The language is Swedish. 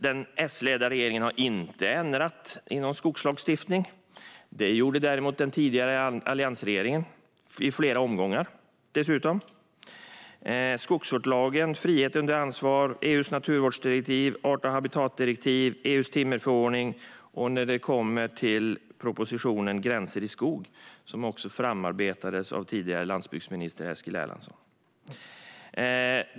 Den S-ledda regeringen har inte ändrat i någon skogslagstiftning. Det gjorde däremot den tidigare alliansregeringen - dessutom i flera omgångar. Det gäller skogsvårdslagen, frihet under ansvar, EU:s naturvårdsdirektiv, art och habitatdirektivet, EU:s timmerförordning och propositionen Gränser i skog , som framarbetades av tidigare landsbygdsminister Eskil Erlandsson.